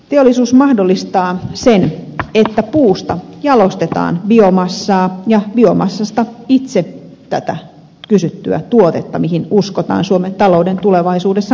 teollisuus mahdollistaa sen että puusta jalostetaan biomassaa ja biomassasta itse tätä kysyttyä tuotetta mihin uskotaan suomen talouden tulevaisuudessa nojaavan